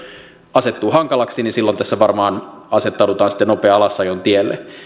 asettuu hankalaksi niin silloin tässä varmaan asettaudutaan sitten nopean alasajon tielle